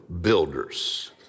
builders